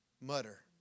mutter